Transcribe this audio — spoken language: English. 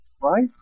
Right